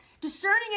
discerning